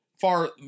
far